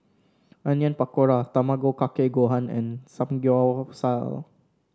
Onion Pakora Tamago Kake Gohan and Samgyeopsal